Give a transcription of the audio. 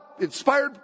inspired